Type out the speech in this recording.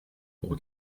pour